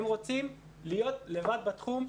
הם רוצים להיות לבד בתחום,